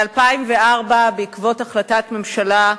ב-2004, בעקבות החלטת ממשלה,